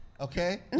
Okay